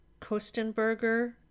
Kostenberger